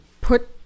put